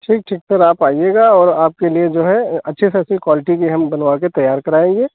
ठीक ठीक पर आप आइएगा और आपके लिए जो है अच्छी से अच्छी क्वाल्टी के हम बनवा कर तैयार करायेंगे